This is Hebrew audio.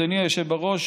אדוני היושב בראש,